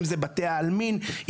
אם זה בתי העלמין,